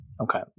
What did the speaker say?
Okay